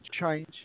change